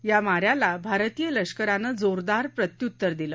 या माऱ्याला भारतीय लष्करानं जोरदार प्रत्य्तर दिलं